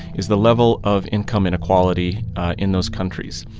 is the level of income inequality in those countries.